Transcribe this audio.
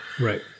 Right